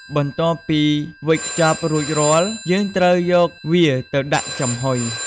បន្ទាប់ពីវេចខ្ចប់រួចរាល់ យើងត្រូវយកវាទៅដាក់ចំហុយ។